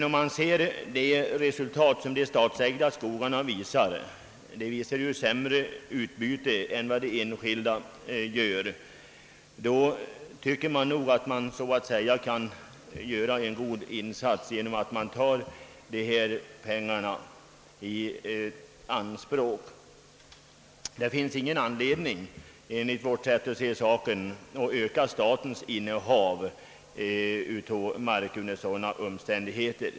Om man ser de resultat som de statsägda skogarna visar — de ger ett sämre utbyte än de enskilda — tycker man sig kunna göra en god insats genom att ta dessa pengar i anspråk för naturvårdsoch fritidsändamål. Det finns ingen anledning — enligt vårt sätt att se saken — att öka statens innehav av mark under sådana omständigheter.